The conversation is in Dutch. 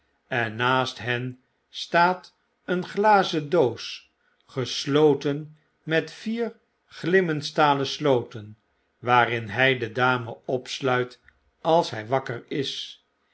en naast hen staat een glazen doos gesloten met vier glimmend stalen sloten waarin hij de dame opsluit als hi wakker is